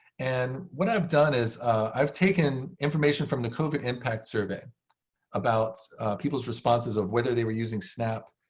and what i've done is i've taken information from the covid impact survey about people's responses of whether they were using snap